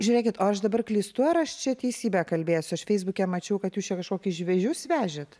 žiūrėkit o aš dabar klystu ar aš čia teisybę kalbėsiu aš feisbuke mačiau kad jūs čia kažkokį žvejus vežėt